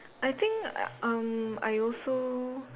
I think uh um I also